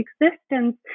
existence